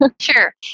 Sure